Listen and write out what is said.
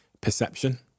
perception